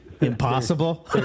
impossible